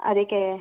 ಅದಕ್ಕೇ